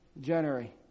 January